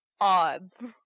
Odds